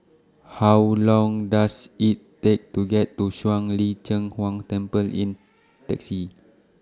How Long Does IT Take to get to Shuang Lin Cheng Huang Temple in Taxi